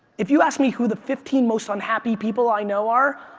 if you ask me who the fifteen most unhappy people i know are,